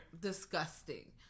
Disgusting